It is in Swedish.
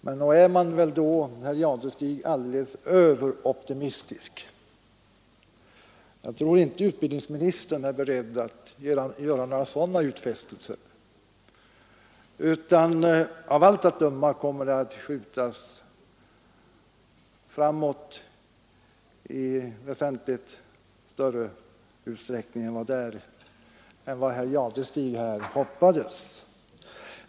Men nog är väl herr Jadestig då överoptimistisk. Jag tror inte utbildningsministern är beredd att göra några sådana utfästelser. Av allt att döma kommer den här frågan att skjutas framåt i väsentligt större utsträckning än vad herr Jadestig tror.